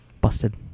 Busted